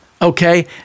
Okay